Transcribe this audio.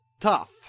tough